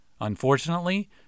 Unfortunately